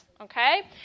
Okay